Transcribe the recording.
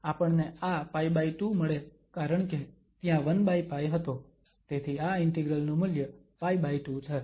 માટે આપણને આ π2 મળે કારણકે ત્યાં 1π હતો તેથી આ ઇન્ટિગ્રલ નું મૂલ્ય π2 છે